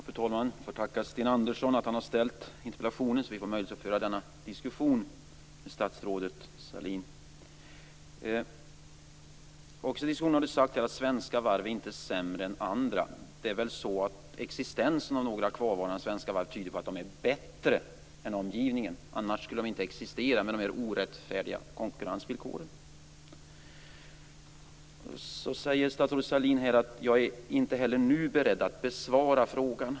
Fru talman! Vi får tacka Sten Andersson för att han har ställt interpellationen så att vi får möjlighet att föra denna diskussion med statsrådet Sahlin. Under diskussionen har det sagts att svenska varv inte är sämre än andra. Det är väl så att existensen av några kvarvarande svenska varv tyder på att de är bättre än omgivningens. Annars skulle de inte existera med dessa orättfärdiga konkurrensvillkor. Statsrådet Sahlin säger att hon inte heller nu är beredd att besvara frågan.